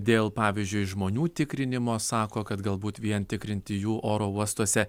dėl pavyzdžiui žmonių tikrinimo sako kad galbūt vien tikrinti jų oro uostuose